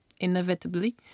inevitably